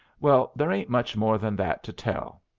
well, there ain't much more than that to tell.